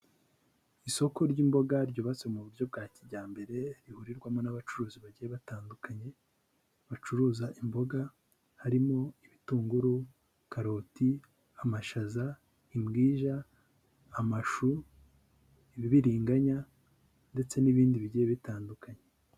Isoko ry'imboga ryubatse mu buryo bwa kijyambere, rihurirwamo n'abacuruzi bagiye batandukanye, bacuruza imboga harimo ibitunguru, karoti, amashaza, imbwija, amashu, ibibiringanya ndetse n'ibindi bigiye bitandukanye.